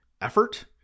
effort